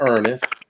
Ernest